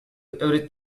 every